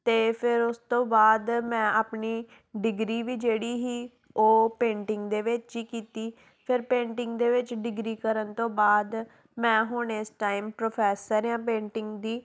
ਅਤੇ ਫਿਰ ਉਸ ਤੋਂ ਬਾਅਦ ਮੈਂ ਆਪਣੀ ਡਿਗਰੀ ਵੀ ਜਿਹੜੀ ਸੀ ਉਹ ਪੇਂਟਿੰਗ ਦੇ ਵਿੱਚ ਹੀ ਕੀਤੀ ਫਿਰ ਪੇਂਟਿੰਗ ਦੇ ਵਿੱਚ ਡਿਗਰੀ ਕਰਨ ਤੋਂ ਬਾਅਦ ਮੈਂ ਹੁਣ ਇਸ ਟਾਈਮ ਪ੍ਰੋਫੈਸਰ ਹਾਂ ਪੇਂਟਿੰਗ ਦੀ